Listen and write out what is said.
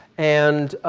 and